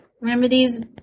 remedies